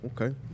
okay